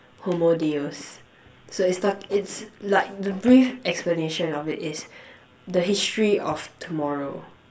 homo deus so it sta~ it's like the brief explanation of it is the history of tomorrow